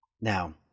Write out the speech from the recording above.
Now